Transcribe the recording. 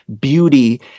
beauty